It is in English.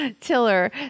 Tiller